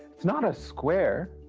it's not a square.